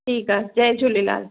ठीकु आहे जय झूलेलाल